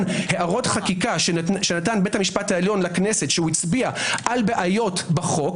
הערות חקיקה שנתן בית המשפט העליון לכנסת שהצביע על בעיות בחוק.